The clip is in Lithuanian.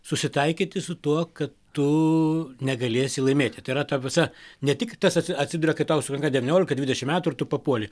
susitaikyti su tuo kad tu negalėsi laimėti tai yra ta prasme ne tik tas atsiduria kai tau sukanka devyniolika dvidešim metų ir tu papuoli